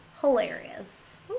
hilarious